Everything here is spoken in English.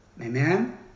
Amen